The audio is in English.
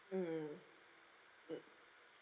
mm mm